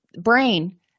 brain